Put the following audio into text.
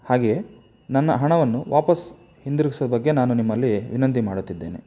ಹಾಗೆಯೇ ನನ್ನ ಹಣವನ್ನು ವಾಪಸ್ಸು ಹಿಂದಿರುಗಿಸೋ ಬಗ್ಗೆ ನಾನು ನಿಮ್ಮಲ್ಲಿ ವಿನಂತಿ ಮಾಡುತ್ತಿದ್ದೇನೆ